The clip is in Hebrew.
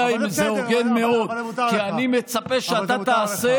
זה הוגן מאוד, כי אני מצפה שאתה תעשה